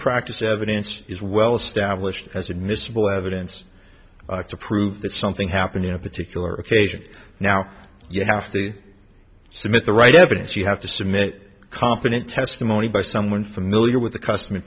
practice evidence is well established as admissible evidence to prove that something happened in a particular occasion now you have to submit the right evidence you have to submit competent testimony by someone familiar with the custom